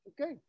Okay